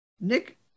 Nick